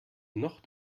noch